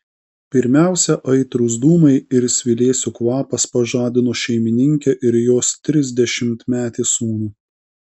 pirmiausia aitrūs dūmai ir svilėsių kvapas pažadino šeimininkę ir jos trisdešimtmetį sūnų